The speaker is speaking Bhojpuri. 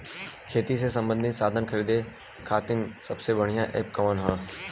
खेती से सबंधित साधन खरीदे खाती सबसे बढ़ियां एप कवन ह?